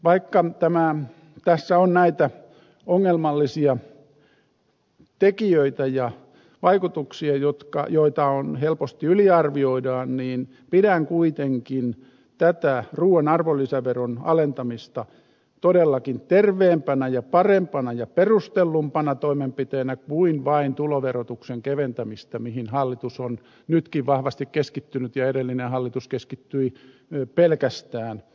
vaikka tässä on näitä ongelmallisia tekijöitä ja vaikutuksia joita helposti yliarvioidaan niin pidän kuitenkin tätä ruuan arvonlisäveron alentamista todellakin terveempänä ja parempana ja perustellumpana toimenpiteenä kuin vain tuloverotuksen keventämistä mihin hallitus on nytkin vahvasti keskittynyt ja edellinen hallitus keskittyi pelkästään